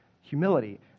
humility